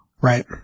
Right